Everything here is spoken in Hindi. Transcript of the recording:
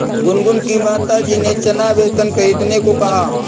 गुनगुन की माताजी ने चना बेसन खरीदने को कहा